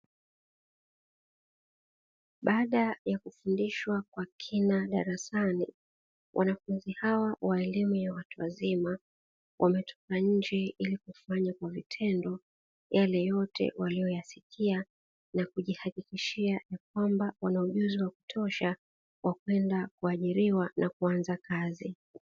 Baada ya kufundishwa kwa kina darasani, wanafunzi hawa wa elimu ya watu wazima wametoka nje ili kufanya kwa vitendo yale yote waliyoyasikia na kujihakikishia ya kwamba wana ujuzi wa kutosha wa kwenda kuajiriwa na kuanza kazi.